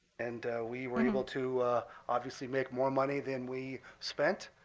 and we were able to obviously make more money than we spent.